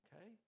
okay